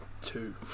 two